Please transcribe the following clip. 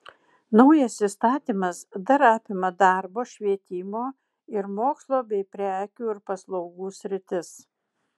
naujas įstatymas dar apima darbo švietimo ir mokslo bei prekių ir paslaugų sritis